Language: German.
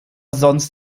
sonst